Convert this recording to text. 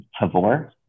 Tavor